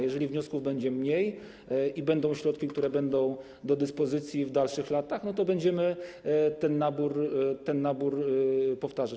Jeżeli wniosków będzie mniej i będą środki, które będą do dyspozycji w dalszych latach, to będziemy ten nabór powtarzać.